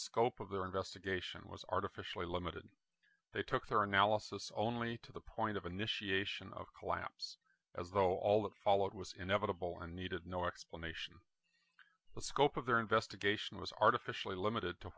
scope of their investigation was artificially limited they took their analysis only to the point of initiation of collapse as though all that followed was inevitable and needed no explanation the scope of their investigation was artificially limited to